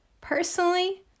Personally